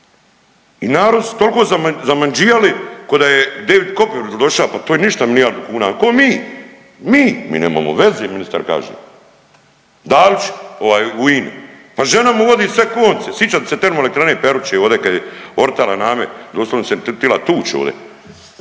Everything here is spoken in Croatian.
I narod su toliko zamanđijali ko da je David Coperfild doša, pa to je ništa milijardu kuna. Ko mi? Mi? Mi nemamo veze ministar kaže. Dalić u INA-i. Pa žena mu uvodi sve konce, sićate se termoelektrane Peruče ovde kad je ortala na me, doslovce se tila tuć ovde.